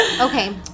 Okay